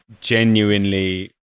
genuinely